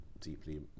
deeply